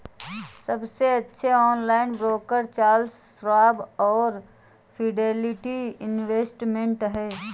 सबसे अच्छे online broker Charles Schwab और फिडेलिटी इन्वेस्टमेंट हैं